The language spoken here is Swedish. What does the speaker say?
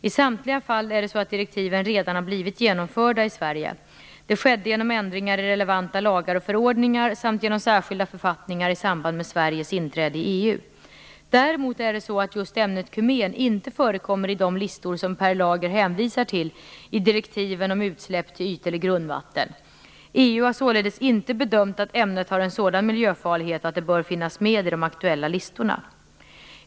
I samtliga fall är det så att direktiven redan har blivit genomförda i Sverige. Det skedde genom ändringar i relevanta lagar och förordningar samt genom särskilda författningar i samband med Sveriges inträde i EU. Däremot är det så att just ämnet kumen inte förekommer i de listor som Per Lager hänvisar till i direktiven om utsläpp till yt eller grundvatten. EU har således inte bedömt att ämnet har en sådan miljöfarlighet att det bör finnas med i de aktuella listorna.